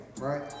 right